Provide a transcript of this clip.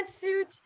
suit